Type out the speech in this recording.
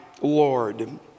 Lord